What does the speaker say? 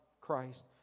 Christ